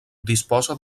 disposa